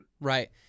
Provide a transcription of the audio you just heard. Right